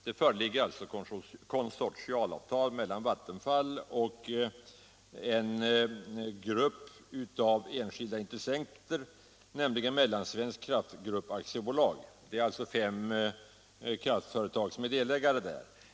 Det föreligger konsortialavtal mellan Vattenfall och Mellansvensk Kraftgrupp AB, vari fem kraftföretag är delägare.